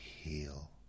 heal